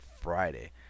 Friday